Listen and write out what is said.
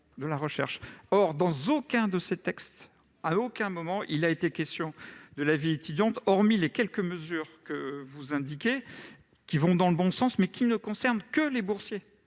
de la recherche. Or, dans aucun de ces textes, à aucun moment, il n'a été question de la vie étudiante, hormis les quelques mesures que vous avez indiquées, qui vont dans le bon sens, mais concernent les seuls boursiers.